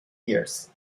years